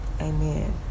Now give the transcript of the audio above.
amen